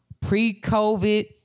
pre-COVID